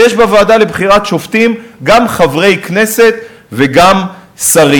ויש בוועדה לבחירת שופטים גם חברי כנסת וגם שרים.